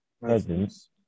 presence